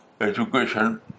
education